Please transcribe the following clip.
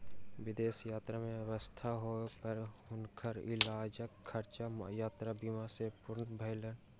विदेश यात्रा में अस्वस्थ होय पर हुनकर इलाजक खर्चा यात्रा बीमा सॅ पूर्ण भेलैन